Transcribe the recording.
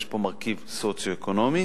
יש פה מרכיב סוציו-אקונומי.